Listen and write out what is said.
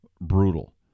brutal